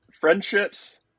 friendships